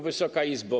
Wysoka Izbo!